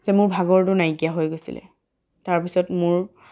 যে মোৰ ভাগৰটো নাইকিয়া হৈ গৈছিলে তাৰ পিছত মোৰ